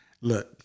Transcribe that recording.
look